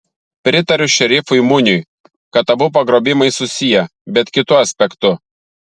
pritariu šerifui muniui kad abu pagrobimai susiję bet kitu aspektu